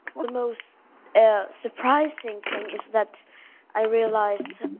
the most surprising thing is that i realized